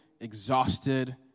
exhausted